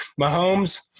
Mahomes